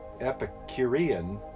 Epicurean